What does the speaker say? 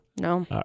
No